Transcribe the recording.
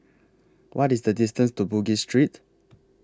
What IS The distance to Bugis Street